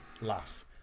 laugh